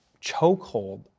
chokehold